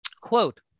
Quote